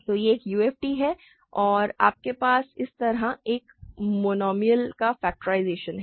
तो यह एक UFD है और आपके पास इस तरह एक मोनोमिअल का फैक्टराइजेशन है